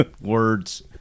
words